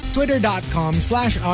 Twitter.com/slash